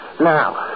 Now